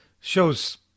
shows